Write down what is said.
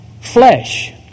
flesh